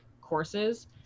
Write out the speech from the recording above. courses